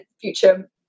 future